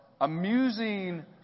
Amusing